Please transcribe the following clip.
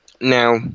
Now